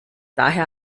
daher